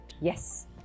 Yes